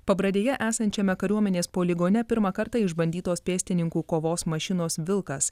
pabradėje esančiame kariuomenės poligone pirmą kartą išbandytos pėstininkų kovos mašinos vilkas